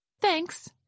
Thanks